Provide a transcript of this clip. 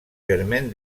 germain